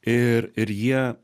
ir ir jie